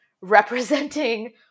representing